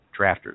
drafters